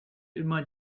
immer